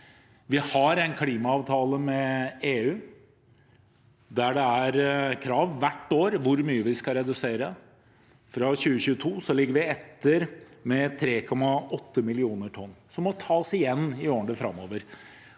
Vi har en klimaavtale med EU der det er krav hvert år om hvor mye vi skal redusere. Fra 2022 ligger vi etter med 3,8 millioner tonn, som må tas igjen i årene framover.